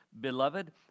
Beloved